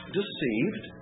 deceived